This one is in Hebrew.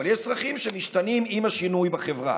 אבל יש צרכים שמשתנים עם השינוי בחברה.